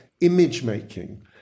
image-making